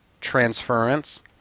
Transference